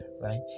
right